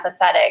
empathetic